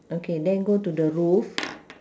okay then go to the roof